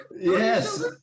Yes